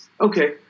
Okay